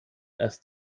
erst